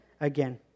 again